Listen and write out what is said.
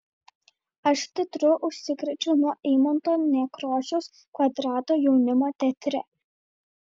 aš teatru užsikrėčiau nuo eimunto nekrošiaus kvadrato jaunimo teatre